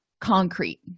concrete